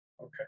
Okay